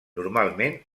normalment